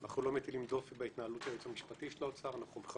אנחנו לא מטילים דופי בהתנהלות של היועץ המשפטי של האוצר,